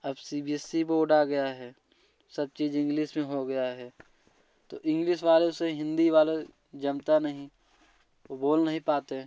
अब C B S E board आ गया है सब चीज इंग्लिस में हो गया है तो इंग्लिश वालों से हिंदी वालों जमता नहीं वो बोल नहीं पाते